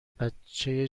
بچه